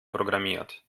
programmiert